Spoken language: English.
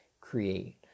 create